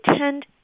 tend